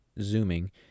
zooming